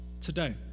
today